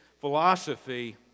philosophy